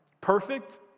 Perfect